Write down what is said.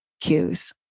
cues